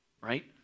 Right